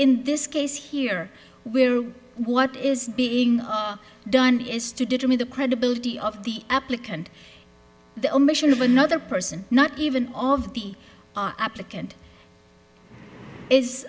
in this case here where what is being done is to determine the credibility of the applicant the omission of another person not even of the applicant is